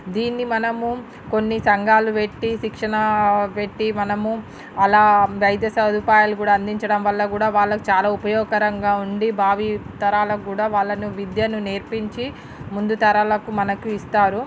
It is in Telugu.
దీన్ని మనము కొన్ని సంఘాలు పెట్టి శిక్షణ పెట్టి మనము అలా వైద్య సదుపాలు కూడా అందించడం వల్ల కూడా వాళ్ళకు చాలా ఉపయోగకరంగా ఉండి భావితరాలకు కూడా వాళ్లను విద్యను నేర్పించి మందు తరాలకు మనకు ఇస్తారు